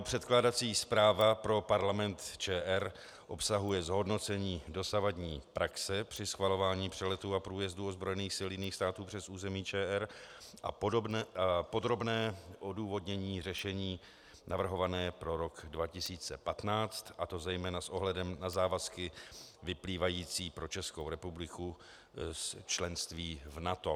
Předkládací zpráva pro Parlament ČR obsahuje zhodnocení dosavadní praxe při schvalování přeletů a průjezdů ozbrojených sil jiných států přes území ČR a podrobné odůvodnění řešení navrhované pro rok 2015, a to zejména s ohledem na závazky vyplývající pro Českou republiku z členství v NATO.